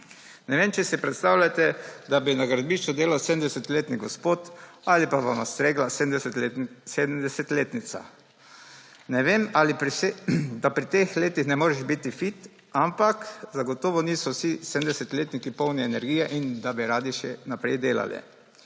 Ne vem, če si predstavljate, da bi na gradbišču delal 70-letni gospod ali pa bi vam stregla 70-letnica. Ne vem, ali pri teh letih ne moreš biti fit, ampak zagotovo niso vsi 70-letniki polni energije in da bi radi še naprej delali.